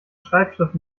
schreibschrift